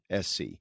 SC